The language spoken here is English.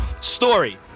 Story